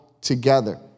together